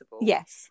Yes